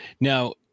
Now